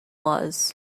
was